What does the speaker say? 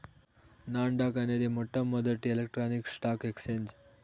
non dock అనేది మొట్టమొదటి electronic stock exchange